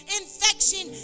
infection